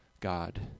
God